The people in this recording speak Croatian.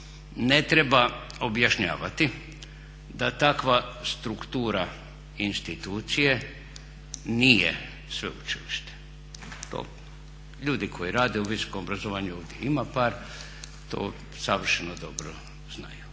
ne treba objašnjavati da takva struktura institucije nije sveučilište. To ljudi koji rade u visokom obrazovanju, ovdje ima par, to savršeno dobro znaju.